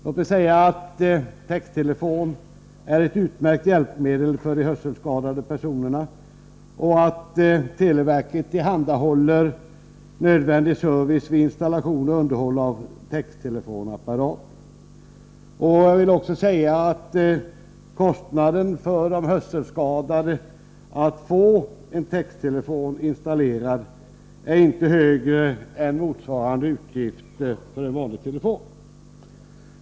Låt mig säga att texttelefon är ett utmärkt hjälpmedel för hörselskadade personer och att televerket tillhandahåller nödvändig service vid installation och underhåll av texttelefonapparater. Jag vill också säga att kostnaderna för de hörselskadade för att få en texttelefon installerad inte är högre än motsvarande utgifter för en vanlig telefon.